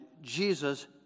Jesus